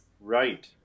Right